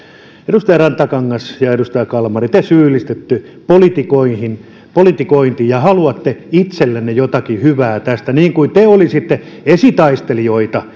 edustaja rantakangas ja ja edustaja kalmari te syyllistytte politikointiin politikointiin ja haluatte itsellenne jotakin hyvää tästä niin kuin te olisitte esitaistelijoita